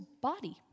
body